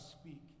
speak